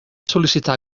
sol·licitar